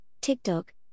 TikTok